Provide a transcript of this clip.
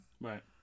right